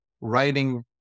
writing